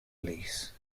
release